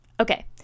Okay